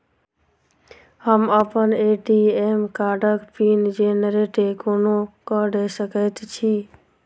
हम अप्पन ए.टी.एम कार्डक पिन जेनरेट कोना कऽ सकैत छी?